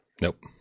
Nope